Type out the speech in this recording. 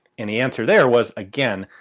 and the answer there was, again,